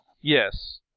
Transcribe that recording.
Yes